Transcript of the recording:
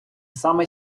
саме